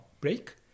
break